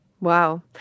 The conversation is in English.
Wow